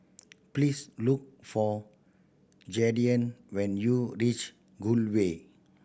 please look for Jaidyn when you reach Gul Way